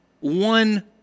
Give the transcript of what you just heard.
one